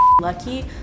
lucky